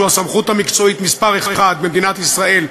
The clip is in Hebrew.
שהוא הסמכות המקצועית מספר אחת במדינת ישראל,